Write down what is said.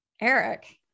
eric